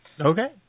Okay